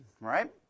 right